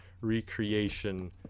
recreation